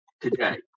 today